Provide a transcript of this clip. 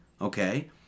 Okay